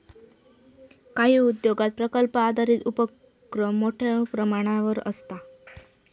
काही उद्योगांत प्रकल्प आधारित उपोक्रम मोठ्यो प्रमाणावर आसता